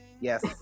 Yes